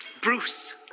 Bruce